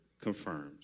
confirmed